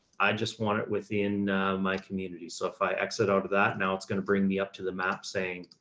i just want it within my community. so if i exit out of that, now it's going to bring me up to the map saying,